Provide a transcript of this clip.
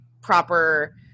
proper